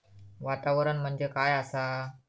वातावरण म्हणजे काय आसा?